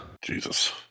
Jesus